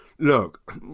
look